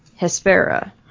Hespera